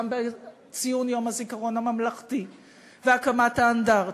גם בציון יום הזיכרון הממלכתי והקמת האנדרטה,